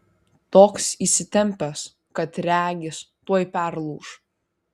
toks įsitempęs kad regis tuoj perlūš